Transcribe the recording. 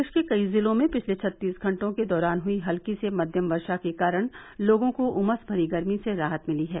प्रदेश के कई जिलों में पिछले छत्तीस घंटों के दौरान हुयी हल्की से मध्यम वर्षा के कारण लोगों को उमस भरी गर्मी से राहत मिली है